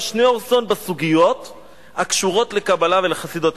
שניאורסון בסוגיות הקשורות לקבלה ולחסידות.